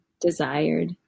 desired